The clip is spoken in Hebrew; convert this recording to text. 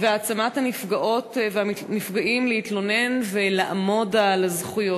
והעצמת הנפגעות והנפגעים להתלונן ולעמוד על הזכויות.